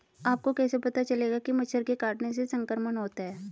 आपको कैसे पता चलेगा कि मच्छर के काटने से संक्रमण होता है?